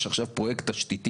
יש עכשיו פרויקט תשתיתי